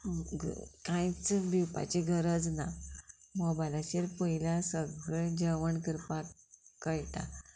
कांयच भिवपाची गरज ना मोबायलाचेर पयल्या सगळें जेवण करपाक कळटा